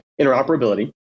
interoperability